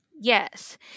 Yes